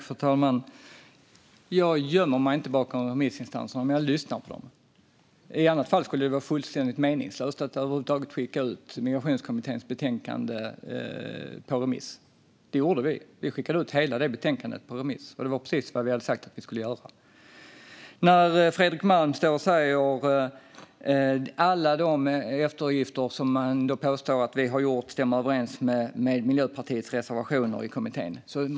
Fru talman! Jag gömmer mig inte bakom remissinstanserna, men jag lyssnar på dem. I annat fall skulle det vara fullständigt meningslöst att över huvud taget skicka ut Migrationskommitténs betänkande på remiss. Det gjorde vi. Vi skickade ut hela betänkandet på remiss. Det var precis vad vi hade sagt att vi skulle göra. Fredrik Malm påstår att alla de eftergifter som vi har gjort stämmer överens med Miljöpartiets reservationer i kommittén.